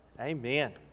Amen